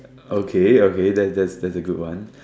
okay okay that's that's a good one